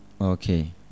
Okay